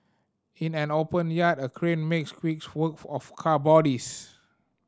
in an open yard a crane makes quick work of car bodies